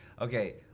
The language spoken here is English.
Okay